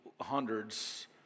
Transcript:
hundreds